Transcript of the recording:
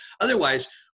otherwise